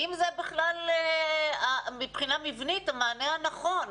האם בכלל מבחינה מבנית המענה הנכון?